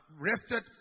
arrested